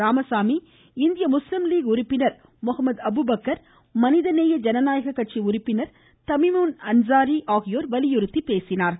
ராமசாமி இந்திய முஸலீம்லீக் உறுப்பினர் முஹமது அபுபக்கர் மனித நேய ஜனநாயக கட்சி உறுப்பினர் தமீமுன் அன்சாரி ஆகியோர் வலியுறுத்திப் பேசினார்கள்